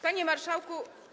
Panie Marszałku!